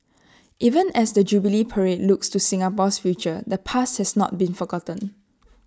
even as the jubilee parade looks to Singapore's future the past has not been forgotten